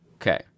Okay